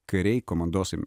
kariai komandosai